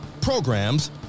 programs